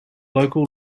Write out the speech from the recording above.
local